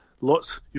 Lots